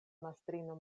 mastrino